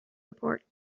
report